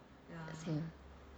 same